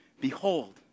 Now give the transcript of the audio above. Behold